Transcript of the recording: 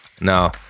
No